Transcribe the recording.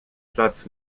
platz